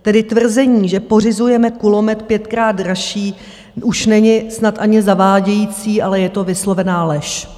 Tedy tvrzení, že pořizujeme kulomet pětkrát dražší, už není snad ani zavádějící, ale je to vyslovená lež.